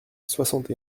soixante